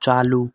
चालू